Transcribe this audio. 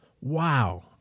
Wow